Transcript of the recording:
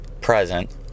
present